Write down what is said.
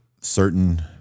certain